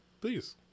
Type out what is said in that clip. Please